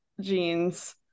jeans